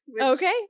Okay